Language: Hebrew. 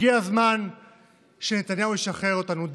הגיע הזמן שנתניהו ישחרר אותנו.